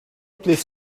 please